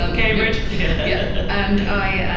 um cambridge yeah yeah and i,